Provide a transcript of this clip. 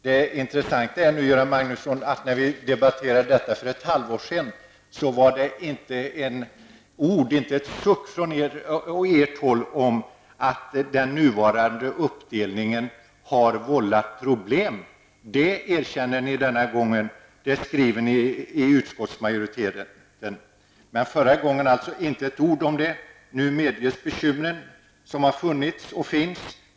Det intressanta är, Göran Magnusson, att när vi debatterade detta för ett halvår sedan, förekom det inte ett ord, inte en suck från socialdemokraterna om att den nuvarande uppdelningen har vållat problem. Detta erkänner emellertid utskottsmajoriteten denna gång i sin skrivning, men vid den förra behandlingen förekom alltså inte ett ord om detta. Nu medges bekymren som har funnits och finns.